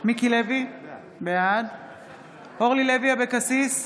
מיקי לוי, בעד אורלי לוי אבקסיס,